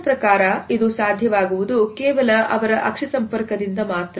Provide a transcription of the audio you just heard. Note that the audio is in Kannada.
ನನ್ನ ಪ್ರಕಾರ ಇದು ಸಾಧ್ಯವಾಗುವುದು ಕೇವಲ ಅವರ ಅಕ್ಷಿ ಸಂಪರ್ಕದಿಂದ ಮಾತ್ರ